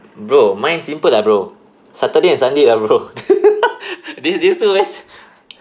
bro mine simple lah bro saturday and sunday ah bro this this two days